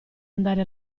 andare